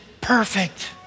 perfect